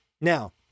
Now